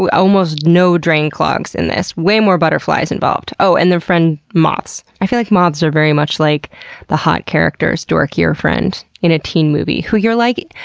almost no drain clogs in this. way more butterflies involved. oh, and their friend, moths. i feel like moths are very much like the hot character's dorkier friend in a teen movie who you're like,